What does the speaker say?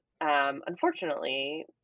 unfortunately